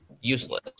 useless